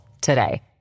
today